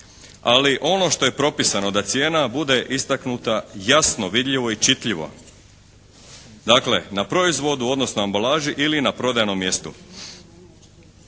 Ali ono što je propisano da cijena bude istaknuta jasno, vidljivo i čitljivo, dakle na proizvodu odnosno ambalaži ili na prodajnom mjestu.